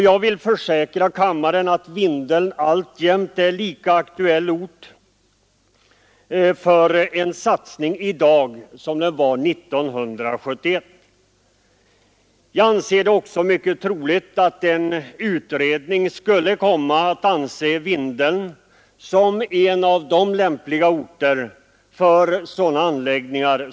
Jag försäkrar kammaren att Vindeln är en lika aktuell ort för en satsning i dag som den var 1971. Jag anser det också mycket troligt att en utredning skulle komma att betrakta Vindeln som en av de lämpliga orterna för sådana här anläggningar.